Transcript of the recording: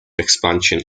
expansion